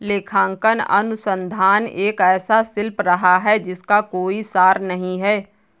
लेखांकन अनुसंधान एक ऐसा शिल्प रहा है जिसका कोई सार नहीं हैं